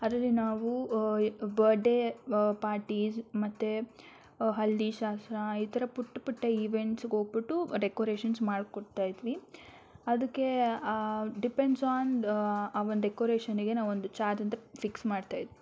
ಅದರಲ್ಲಿ ನಾವು birthday parties ಮತ್ತು ಹಳದಿ ಶಾಸ್ತ್ರ ಈ ಥರ ಪುಟ್ಟ ಪುಟ್ಟ ಈವೆಂಟ್ಸಿಗೆ ಹೋಗ್ಬುಟ್ಟು ಡೆಕೊರೇಶನ್ಸ್ ಮಾಡಿಕೊಡ್ತಾ ಇದ್ವಿ ಅದಕ್ಕೆ ಡಿಪೆಂಡ್ಸ್ ಆನ್ ಆ ಒನ್ ಡೆಕೊರೇಶನ್ನಿಗೆ ನಾವೊಂದು ಚಾರ್ಜ್ ಅಂತ ಫಿಕ್ಸ್ ಮಾಡ್ತಾ